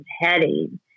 heading